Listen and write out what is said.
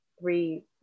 three